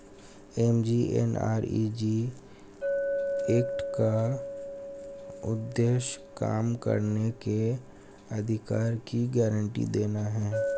MGNREG act का उद्देश्य काम करने के अधिकार की गारंटी देना है